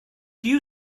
you